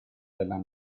della